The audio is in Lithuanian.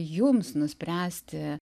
jums nuspręsti